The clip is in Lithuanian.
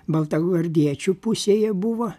baltagvardiečių pusėje buvo